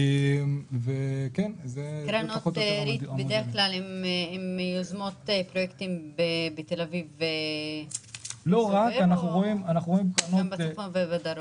האם קרנות ריט יוזמות פרויקטים רק בתל-אביב או שגם בצפון ובדרום?